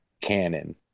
canon